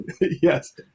Yes